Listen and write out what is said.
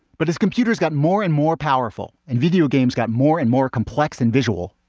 but as computers got more and more powerful and video games got more and more complex and visual,